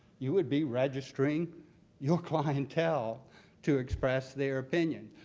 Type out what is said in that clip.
you would be registering your clientele to express their opinion.